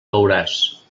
veuràs